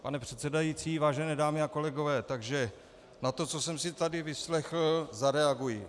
Pane předsedající, vážené dámy a kolegové, na to, co jsem si tady vyslechl, zareaguji.